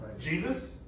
Jesus